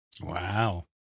wow